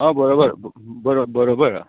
आं बरोबर बरो बरोबर आं सांग